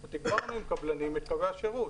אנחנו תגברנו עם קבלנים את קווי השירות.